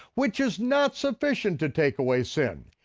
which is not sufficient to take away sin.